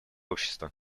общества